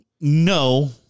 No